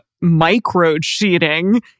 micro-cheating